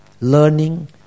learning